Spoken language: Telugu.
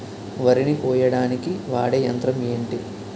వరి ని కోయడానికి వాడే యంత్రం ఏంటి?